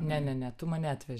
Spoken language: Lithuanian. ne ne ne tu mane atvežei